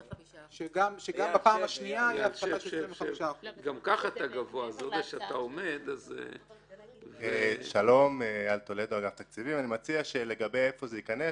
שגם בפעם השנייה תהיה הפחתה של 25%. אני מציע לגבי איפה זה ייכנס,